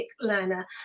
learner